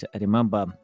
remember